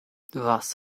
was